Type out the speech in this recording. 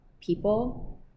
people